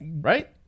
Right